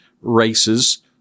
races